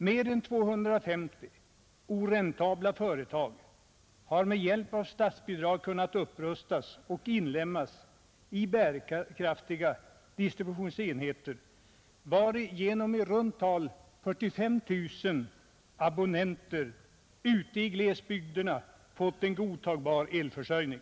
Mer än 250 oräntabla företag har med hjälp av statsbidrag kunnat upprustas och inlemmas i bärkraftiga distributionsenheter, varigenom i runt tal 75 000 abonnenter i glesbygderna erhållit en godtagbar elförsörjning.